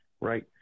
Right